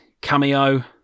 cameo